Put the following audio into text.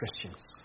Christians